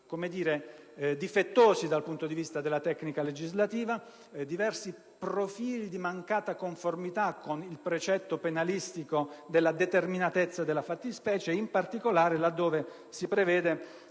aspetti difettosi dal punto di vista della tecnica legislativa e diversi profili di mancata conformità al precetto penalistico della determinatezza della fattispecie, in particolare laddove si prevede